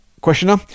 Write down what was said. questioner